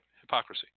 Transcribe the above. hypocrisy